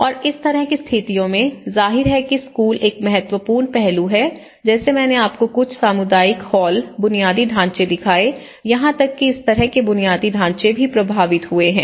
और इस तरह की स्थितियों में जाहिर है कि स्कूल एक महत्वपूर्ण पहलू है जैसे मैंने आपको कुछ सामुदायिक हॉल बुनियादी ढाँचे दिखाए यहां तक कि इस तरह के बुनियादी ढांचे भी प्रभावित हुए हैं